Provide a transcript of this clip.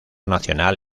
nacional